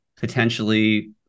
potentially